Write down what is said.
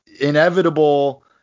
inevitable